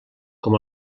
com